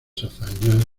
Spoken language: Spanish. hazañas